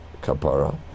Kapara